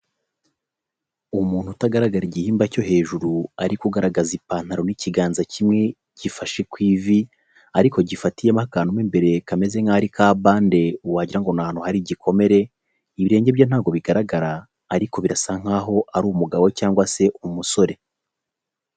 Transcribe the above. Umuntu utagaragara igihimba cyo hejuru, ariko ugaragaza ipantaro n'ikiganza kimwe gifashe ku ivi, ariko gifatiyemo akantu mo imbere kameze nk'aho ari ka bande wagira ngo ni ahantu hari igikomere, ibirenge bye ntabwo bigaragara, ariko birasa nk'aho ari umugabo, cyangwa se umusore.